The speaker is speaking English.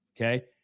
Okay